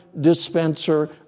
dispenser